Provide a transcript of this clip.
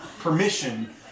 permission